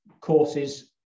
courses